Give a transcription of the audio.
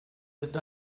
sind